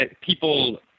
People